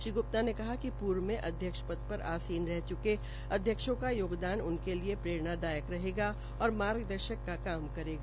श्री ग्प्ता ने कहा कि पूर्व अध्यक्ष पद पर आसीन रहे च्के अध्यक्षों का योगदान उनके लिये प्ररेणादायक रहेगा और मार्ग दर्शक का काम करेगा